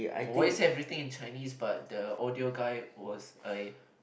why is everything in Chinese but the audio guy was I